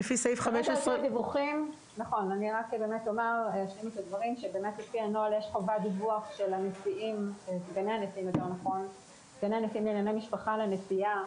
לפי הנוהל יש חובת דיווח של סגני הנשיאים לענייני משפחה לנשיאה,